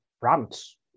France